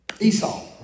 Esau